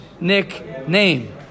nickname